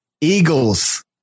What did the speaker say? Eagles